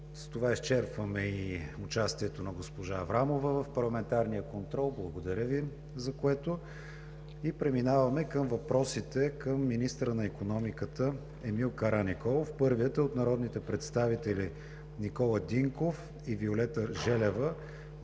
С това изчерпваме и участието на госпожа Аврамова в парламентарния контрол. Благодаря Ви. Продължаваме с въпросите към министъра на икономиката Емил Караниколов. Първият въпрос е от народните представители Никола Динков и Виолета Желева